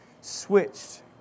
switched